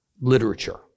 literature